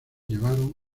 llevaron